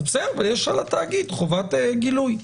אבל יש על התאגיד חובת גילוי.